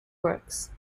works